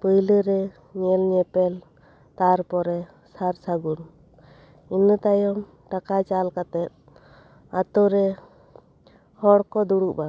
ᱯᱳᱭᱞᱳᱨᱮ ᱧᱮᱞ ᱧᱮᱯᱮᱞ ᱛᱟᱨᱯᱚᱨᱮ ᱥᱟᱨ ᱥᱟᱹᱜᱩᱱ ᱤᱱᱟᱹ ᱛᱟᱭᱚᱢ ᱴᱟᱠᱟ ᱪᱟᱞ ᱠᱟᱛᱮᱫ ᱟᱹᱛᱩᱨᱮ ᱦᱚᱲ ᱠᱚ ᱫᱩᱲᱩᱵᱼᱟ